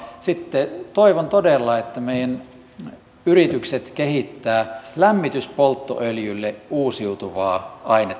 sitten toivon todella että meidän yrityksemme kehittävät lämmityspolttoöljylle uusiutuvaa ainetta